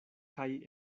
kaj